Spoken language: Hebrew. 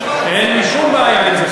אין לי שום בעיה עם זה,